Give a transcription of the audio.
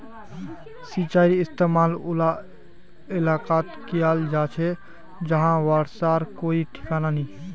सिंचाईर इस्तेमाल उला इलाकात कियाल जा छे जहां बर्षार कोई ठिकाना नी